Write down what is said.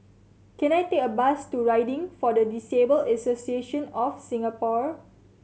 can I take a bus to Riding for the Disabled Association of Singapore